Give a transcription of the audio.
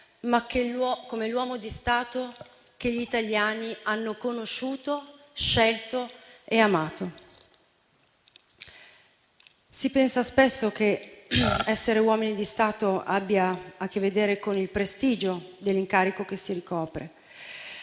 ma come l'uomo di Stato che gli italiani hanno conosciuto, scelto e amato. Si pensa spesso che essere uomini di Stato abbia a che vedere con il prestigio dell'incarico che si ricopre,